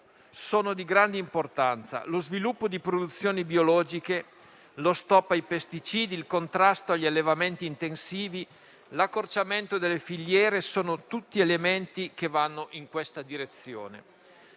sono di grande importanza. Lo sviluppo di produzioni biologiche, lo stop ai pesticidi, il contrasto agli allevamenti intensivi, l'accorciamento delle filiere sono tutti elementi che vanno in questa direzione.